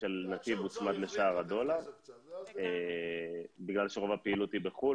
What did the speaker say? של נתיב הוצמד לשער הדולר בגלל שרוב הפעילות היא בחו"ל